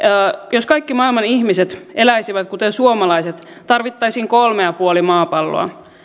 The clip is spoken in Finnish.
jos kaikki maailman ihmiset eläisivät kuten suomalaiset tarvittaisiin kolme pilkku viisi maapalloa